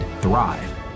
thrive